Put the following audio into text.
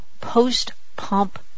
post-pump